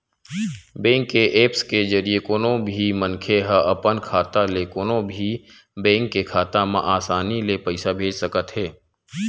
bank के apps के जरिए कोनो भी मनखे ह अपन खाता ले कोनो भी बेंक के खाता म असानी ले पइसा भेज सकत हे